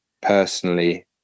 personally